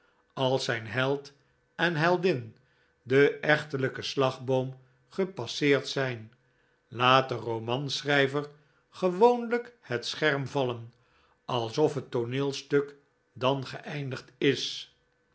als zijn held en heldin den echtelijken slagboom gepasseerd zijn laat de romanschrijver gewoonlijk het scherm vallen alsof het tooneelstuk dan geeindigd is